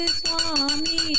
swami